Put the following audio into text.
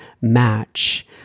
match